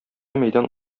мәйдан